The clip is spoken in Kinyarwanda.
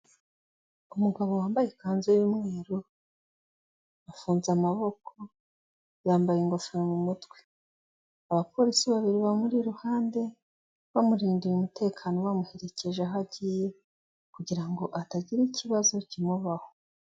Umugabo wambaye ikanzu y'umweru afunze amaboko yambaye ingofero mu mutwe, abapolisi babiri bamuri iruhande bamurindiye umutekano bamuherekeje aho agiye kugira ngo hatagira ikibazo kimubaho.